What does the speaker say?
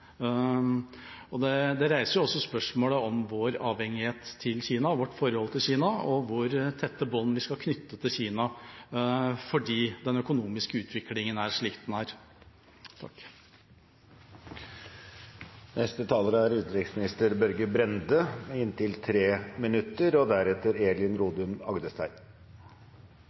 i Kina. Det reiser også spørsmålet om vår avhengighet av Kina og vårt forhold til Kina og om hvor tette bånd vi skal knytte til Kina, fordi den økonomiske utviklinga er slik den er.